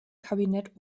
kabinett